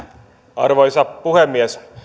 arvoisa puhemies